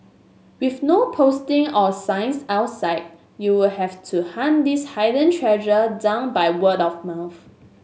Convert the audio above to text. with no posting or signs outside you will have to hunt this hidden treasure down by word of mouth